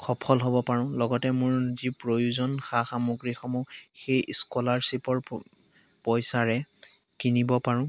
সফল হ'ব পাৰোঁ লগতে মোৰ যি প্ৰয়োজন সা সামগ্ৰীসমূহ সেই স্ক'লাৰশ্বিপৰ প পইচাৰে কিনিব পাৰোঁ